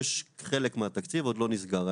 יש חלק מהתקציב, עוד לא נסגר.